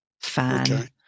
fan